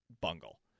bungle